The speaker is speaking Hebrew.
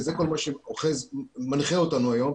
וזה כל מה שמנחה אותנו היום,